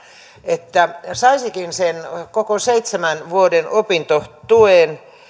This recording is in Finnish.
että saisikin sen koko seitsemän vuoden opintotuen